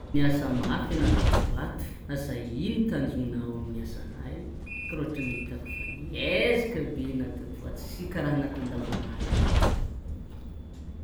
Niasa mafy ana tatoato asa ino tanjona amy asana i kara ohatrany hitako niezaka be ana tato ho ato tsy kara ataonao andavanandro.